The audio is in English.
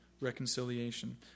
reconciliation